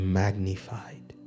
magnified